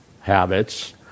habits